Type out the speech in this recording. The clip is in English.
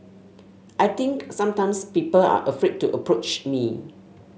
I think sometimes people are afraid to approach me